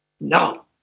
No